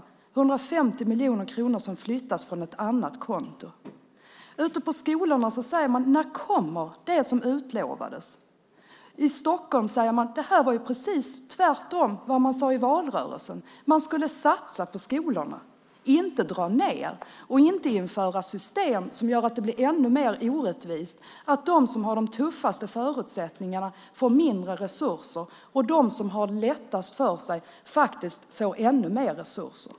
150 miljoner kronor flyttas, som sagt, från ett annat konto. Ute på skolorna frågar man: När kommer det som utlovats? I Stockholm säger man: Det här är precis tvärtemot vad man sade i valrörelsen. Man skulle ju satsa på skolorna, inte dra ned och inte införa system som gör att det blir ännu mer orättvist - att de som har de tuffaste förutsättningarna får mindre resurser, medan de som har lättast för sig faktiskt får ännu mer resurser.